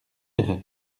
péray